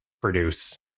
produce